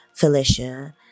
Felicia